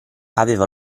aveva